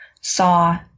saw